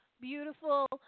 beautiful